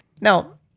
Now